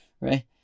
Right